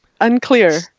Unclear